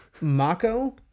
Mako